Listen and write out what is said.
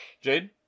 Jade